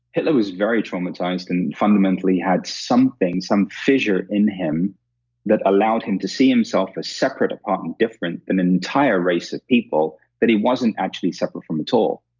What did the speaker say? hitler was very traumatized and fundamentally had something, some fissure in him that allowed him to see himself as separate, apart, and different than an entire race of people that he wasn't actually separate from at all,